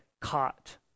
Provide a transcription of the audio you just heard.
caught